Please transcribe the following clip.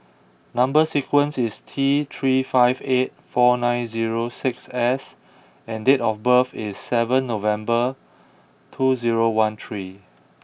number sequence is T three five eight four nine zero six S and date of birth is seven November two zero one three